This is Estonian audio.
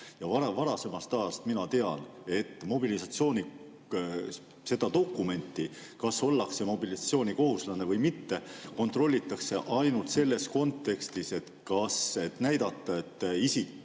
Varasemast ajast mina tean, et seda dokumenti, kas ollakse mobilisatsioonikohuslane või mitte, kontrollitakse ainult selles kontekstis, et näidata, kas isiku